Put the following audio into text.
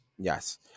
yes